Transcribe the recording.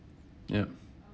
yup